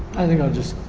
i think i'll just,